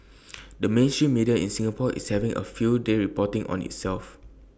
the mainstream media in Singapore is having A field day reporting on itself